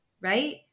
right